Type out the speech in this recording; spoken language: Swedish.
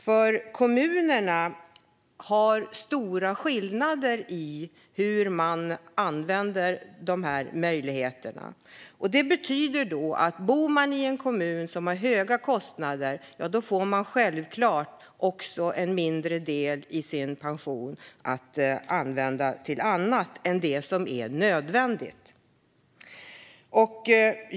Det finns nämligen stora skillnader mellan kommunerna när det gäller hur man använder dessa möjligheter, vilket betyder att om man bor i en kommun som har höga kostnader får man självklart också en mindre del av pensionen att använda till annat än det som är nödvändigt.